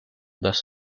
does